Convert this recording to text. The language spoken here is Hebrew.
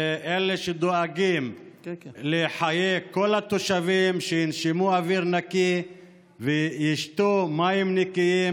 אלה שדואגים לחיי כל התושבים ושינשמו אוויר נקי וישתו מים נקיים.